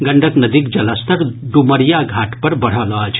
गंडक नदीक जलस्तर डुमरिया घाट पर बढ़ल अछि